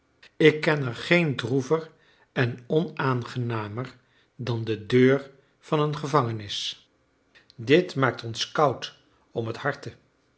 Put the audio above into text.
ik ken er geen droever en onaangenamer dan de deur van een gevangenis dit maakt ons koud om het harte